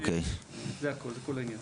זה כל העניין.